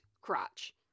crotch